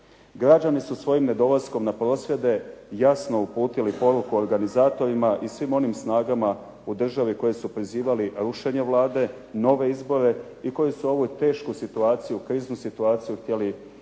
Građani su svojim nedolaskom na prosvjede, jasno uputili poruku organizatorima i svim onim snagama u državi koji su prizivali rušenje Vlade, nove izbore i koji su ovu tešku i kriznu situaciju htjeli dodatno